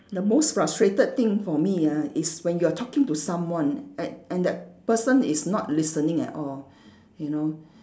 the most frustrated thing for me ah is when you are talking to someone and and that person is not listening at all you know